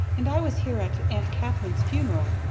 and i was here at aunt katharine's funeral,